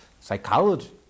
psychology